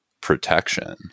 protection